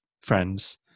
friends